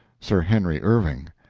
sir henry irving.